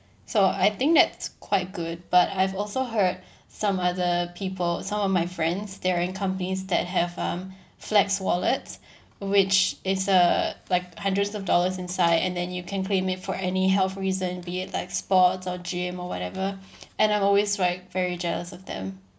so I think that's quite good but I've also heard some other people some of my friends they're in companies that have um flex wallets which is a like hundreds of dollars inside and then you can claim it for any health reason be it like sports or gym or whatever and I'm always like very jealous of them